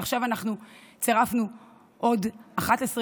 ועכשיו הוספנו עוד 11 יתומים,